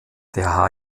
der